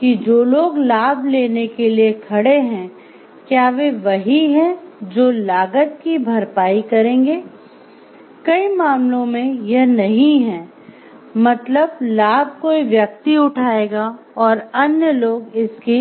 कि जो लोग लाभ लेने के लिए खड़े हैं क्या वे वही हैं जो लागत कि भरपाई करेंगे कई मामलों में यह नहीं है मतलब लाभ कोई व्यक्ति उठाएगा और अन्य लोग इसकी